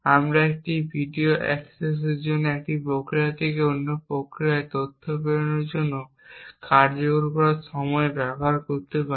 আমরা একটি মেমরি অ্যাক্সেসের জন্য একটি প্রক্রিয়া থেকে অন্য প্রক্রিয়ায় তথ্য প্রেরণের জন্য কার্যকর করার সময় ব্যবহার করতে পারি